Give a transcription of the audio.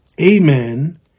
amen